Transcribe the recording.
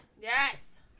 Yes